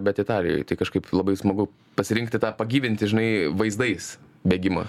bet italijoj tai kažkaip labai smagu pasirinkti tą pagyvinti žinai vaizdais bėgimą